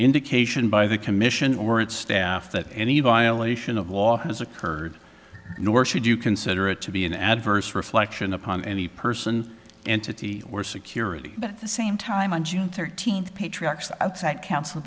indication by the commission or its staff that any violation of law has occurred nor should you consider it to be an adverse reflection upon any person entity or security but at the same time on june thirteenth patriarch's outside coun